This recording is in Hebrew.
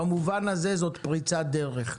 במובן הזה זאת פריצת דרך.